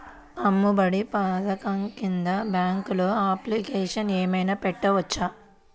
అమ్మ ఒడి పథకంకి బ్యాంకులో అప్లికేషన్ ఏమైనా పెట్టుకోవచ్చా?